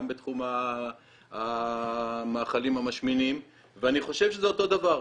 גם בתחום המאכלים המשמינים ואני חושב שזה אותו דבר,